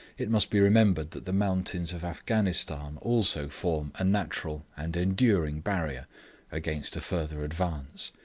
it must be remembered that the mountains of afghanistan also form a natural and enduring barrier against a further advance.